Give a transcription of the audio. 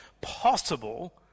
possible